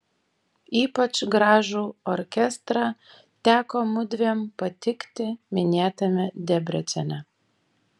ypač gražų orkestrą teko mudviem patikti minėtame debrecene